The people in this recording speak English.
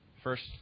First